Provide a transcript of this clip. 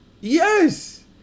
Yes